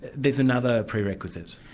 there's another prerequisite.